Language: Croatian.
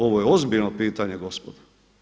Ovo je ozbiljno pitanje gospodo.